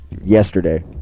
yesterday